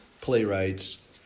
playwrights